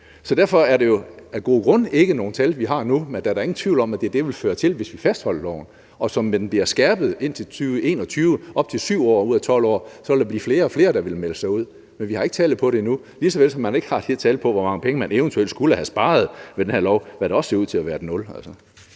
derfor er det jo af gode grunde ikke nogen tal, vi har nu, men der er da ingen tvivl om, at det var det, det ville føre til, hvis vi fastholdt loven. Og det, at den bliver skærpet indtil 2021 med op til 7 år ud af 12 år, vil gøre, at der bliver flere og flere, der vil melde sig ud. Men vi har ikke tallet på det endnu, lige så vel som vi ikke har et tal på, hvor mange penge man eventuelt skulle have sparet ved den her lov, hvad der også ser ud til at være et nul.